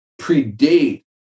predate